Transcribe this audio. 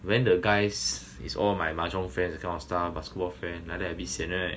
when the guys is all my mahjong friends that kind of stuff basketball friend like that a bit sian right